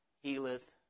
healeth